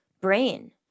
brain